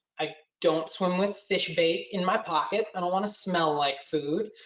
i don't swim with fish bait in my pocket, i don't want to smell like food.